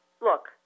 Look